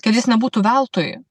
kad jis nebūtų veltui